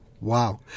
Wow